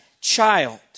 child